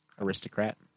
Aristocrat